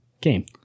Game